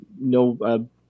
no